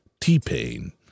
T-Pain